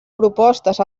propostes